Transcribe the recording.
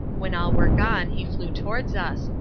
when all were gone he flew towards us,